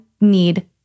need